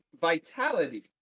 vitality